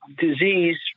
disease